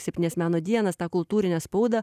septynias meno dienas tą kultūrinę spaudą